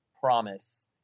promise